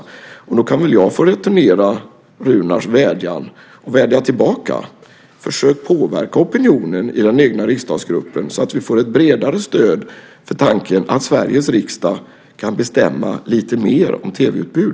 Nog kan väl jag då få returnera Runars vädjan genom att vädja till honom att försöka påverka opinionen i den egna riksdagsgruppen så att vi får ett bredare stöd för tanken att Sveriges riksdag kan bestämma lite mer om tv-utbudet.